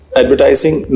advertising